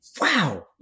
Wow